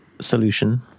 solution